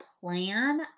plan